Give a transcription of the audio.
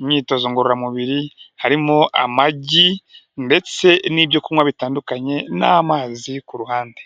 imyitozo ngororamubiri, harimo amagi ndetse n'ibyo kunywa bitandukanye n'amazi ku ruhande.